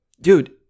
Dude